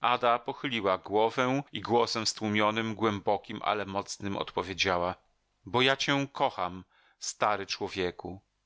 ada pochyliła głowę i głosem stłumionym głębokim ale mocnym odpowiedziała bo ja cię kocham stary człowieku